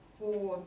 four